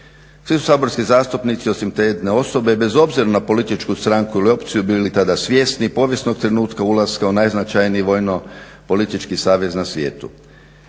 Svi su saborski zastupnici osim te jedne osobe bez obzira na političku stranku ili opciju bili tada svjesni povijesnog trenutka ulaska u najznačajniji vojno-politički savez na svijetu.